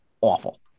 awful